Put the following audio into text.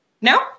no